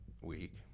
week